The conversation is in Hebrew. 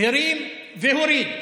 הרים והוריד,